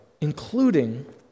including